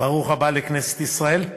ברוך הבא לכנסת ישראל.